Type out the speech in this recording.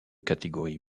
catégorie